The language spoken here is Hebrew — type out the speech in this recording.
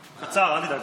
קצר, אל תדאג.